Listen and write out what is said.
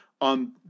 on